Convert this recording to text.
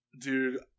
dude